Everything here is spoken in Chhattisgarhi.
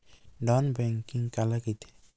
नॉन बैंकिंग काला कइथे?